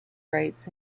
rites